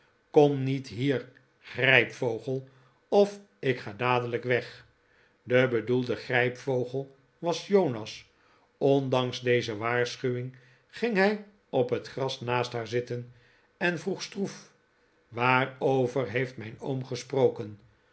kom niet hier grijpvogel of ik ga dadelijk weg de bedoelde grijpvogel was jonas ondanks deze waarschuwing ging hij op het gras naast haar zitten en vroeg stroef waarover heeft mijn